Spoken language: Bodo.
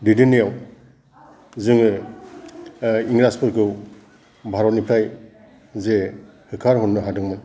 दैदेननायाव जोङो इंराजफोरखौ भारतनिफ्राय जे होखारहरनो हादोंमोन